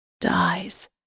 dies